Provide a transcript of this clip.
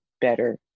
better